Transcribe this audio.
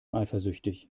eifersüchtig